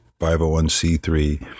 501c3